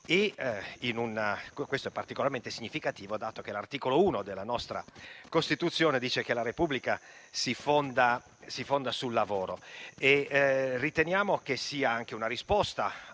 Questo è particolarmente significativo, dato che l'articolo 1 della nostra Costituzione dice che la Repubblica si fonda sul lavoro.